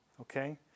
Okay